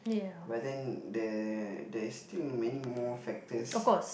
but then there there is still many more factors